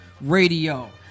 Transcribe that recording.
Radio